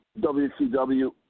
WCW